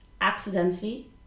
accidentally